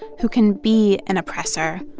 who can be an oppressor,